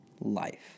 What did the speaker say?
life